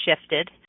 shifted